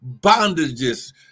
bondages